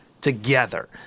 together